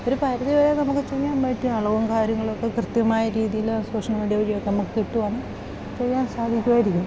ഒരു പരിധി വരെ നമുക്ക് ചെയ്യാൻ പറ്റും അളവും കാര്യങ്ങൾ ഒക്കെ കൃത്യമായ രീതിയിൽ സോഷ്യൽ മീഡിയ വഴി ഒക്കെ നമുക്ക് കിട്ടുവാണേൽ ചെയ്യാൻ സാധിക്കുമായിരിക്കും